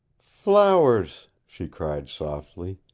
flowers, she cried softly.